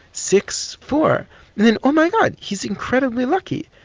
six, four and then, oh my god, he's incredibly lucky,